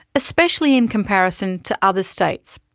especially in comparison to other states.